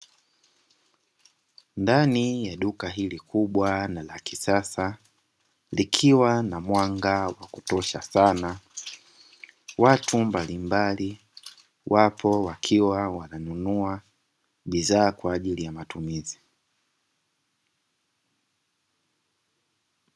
Ndani ya duka hili kubwa na la kisasa likiwa na mwanga wa kutosha sana, watu mbalimbali wapo wakiwa wananununa bidhaa kwa ajili ya matumizi.